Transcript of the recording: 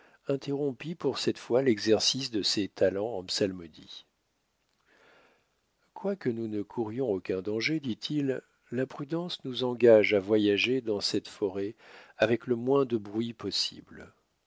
interrompit pour cette fois l'exercice de ses talents en psalmodie quoique nous ne courions aucun danger dit-il la prudence nous engage à voyager dans cette forêt avec le moins de bruit possible